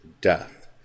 death